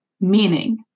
Meaning